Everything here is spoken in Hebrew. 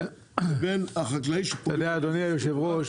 לבין החקלאי שפוגעים לו.